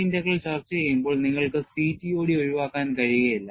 J integral ചർച്ചചെയ്യുമ്പോൾ നിങ്ങൾക്ക് CTOD ഒഴിവാക്കാൻ കഴിയില്ല